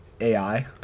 AI